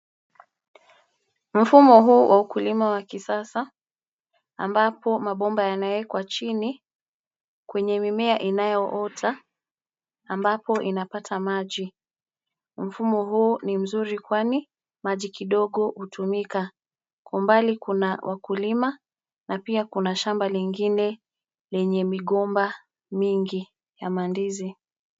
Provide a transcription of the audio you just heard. Mfumo huu wa ukulima wa kisasa ambapo mabomba yanawekwa chini kwenye mimea inayoota ambapo inapata maji. Mfumo huo ni mzuri kwani maji kidogo hutumika. Kwa mbali kuna mkulima na pia shamba lingine lenye migomba mingi ya mandizi.